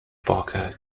parker